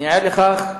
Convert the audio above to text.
אני ער לכך,